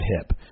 hip